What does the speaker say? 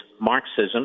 Marxism